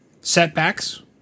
setbacks